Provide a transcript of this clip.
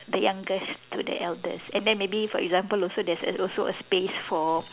the youngest to the eldest and then maybe for example also there's a also a space for